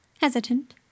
Hesitant